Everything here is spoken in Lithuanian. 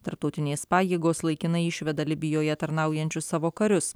tarptautinės pajėgos laikinai išveda libijoje tarnaujančius savo karius